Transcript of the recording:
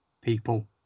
people